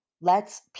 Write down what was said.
lets